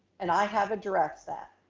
and i have addressed that.